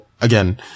again